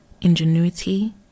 ingenuity